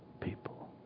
people